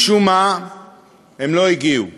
משום מה הם לא הגיעו.